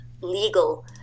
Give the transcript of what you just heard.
legal